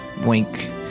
Wink